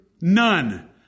None